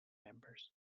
members